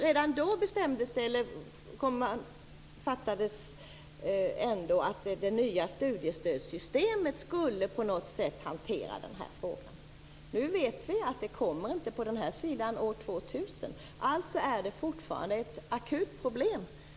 Redan då uppfattades det så att det nya studiestödssystemet på något sätt skulle hantera den här frågan. Nu vet vi att det inte kommer på den här sidan av år 2000, och det är alltså fortfarande ett akut problem.